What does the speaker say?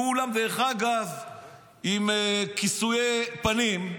כולם עם כיסוי פנים,